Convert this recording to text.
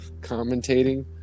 commentating